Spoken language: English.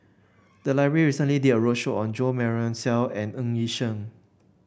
the library recently did a roadshow on Jo Marion Seow and Ng Yi Sheng